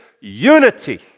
unity